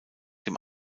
dem